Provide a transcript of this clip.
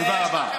תודה רבה.